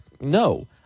no